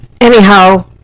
Anyhow